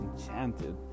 enchanted